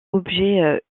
objets